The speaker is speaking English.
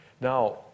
Now